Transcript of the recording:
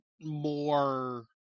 more